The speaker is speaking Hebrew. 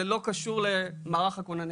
זה לא קשור למערך הכוננים.